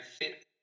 fit